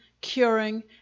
curing